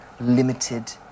limited